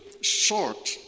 short